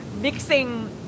mixing